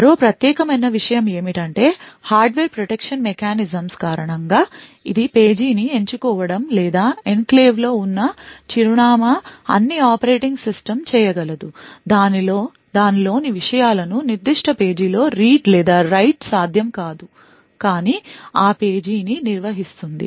మరో ప్రత్యేకమైన విషయం ఏమిటంటే హార్డ్వేర్ ప్రొటెక్షన్ మెకానిజమ్స్ కారణంగా ఇది పేజీని ఎంచుకోవడం లేదా ఎన్క్లేవ్ లో ఉన్న చిరునామా అన్ని ఆపరేటింగ్ సిస్టమ్ చేయగలదు దానిలోని విషయాలను నిర్దిష్ట పేజీ లో read లేదా write సాధ్యం కాదు కానీ ఆ పేజీని నిర్వహిస్తుంది